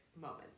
moment